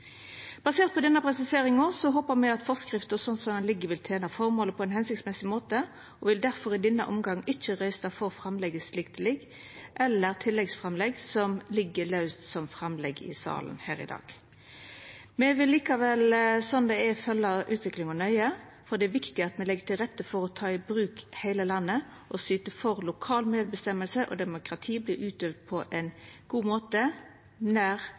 Basert på denne presiseringa håpar me at forskrifta slik ho ligg føre, vil tena føremålet på ein hensiktsmessig måte, og me vil difor i denne omgangen ikkje røysta for framlegget slik det ligg føre, eller for tilleggsframlegget som ligg føre som laust framlegg i salen her i dag. Slik det er, vil me likevel følgja utviklinga nøye, for det er viktig at me legg til rette for å ta i bruk heile landet og syter for at lokal medbestemming og demokrati vert utøvd på ein god måte nær